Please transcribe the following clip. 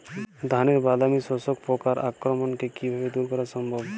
ধানের বাদামি শোষক পোকার আক্রমণকে কিভাবে দূরে করা সম্ভব?